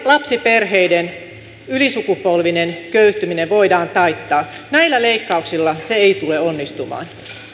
lapsiperheiden ylisukupolvisen köyhtymisen näillä leikkauksilla se ei tule onnistumaan